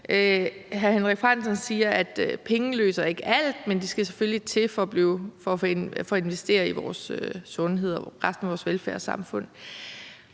Henrik Frandsen siger, at penge ikke løser alt, men at de selvfølgelig skal til for at investere i vores sundhed og resten af vores velfærdssamfund.